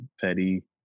Petty